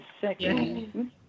second